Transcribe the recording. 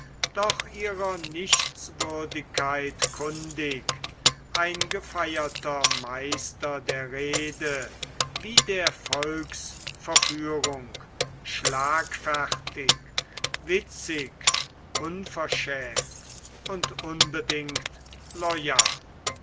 doch ihrer nichtswürdigkeit kundig ein gefeierter meister der rede wie der volksverführung schlagfertig witzig unverschämt und unbedingt loyal